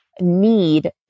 need